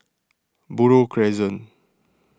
Buroh Crescent